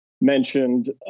mentioned